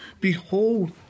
Behold